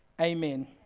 Amen